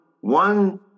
one